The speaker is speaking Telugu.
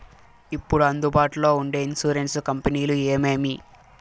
ఇప్పుడు అందుబాటులో ఉండే ఇన్సూరెన్సు కంపెనీలు ఏమేమి?